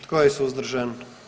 Tko je suzdržan?